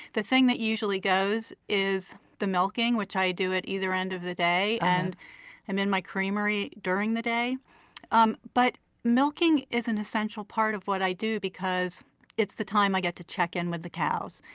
the thing that usually goes is the milking, which i do at either end of the day. and i'm in my creamery during the day um but milking is an essential part of what i do because it's the time i get to check in with the cows,